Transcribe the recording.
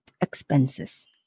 expenses